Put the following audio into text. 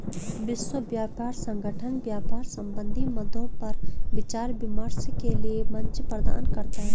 विश्व व्यापार संगठन व्यापार संबंधी मद्दों पर विचार विमर्श के लिये मंच प्रदान करता है